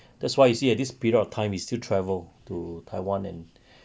that's why you see at this period of time he still travel to taiwan and